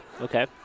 Okay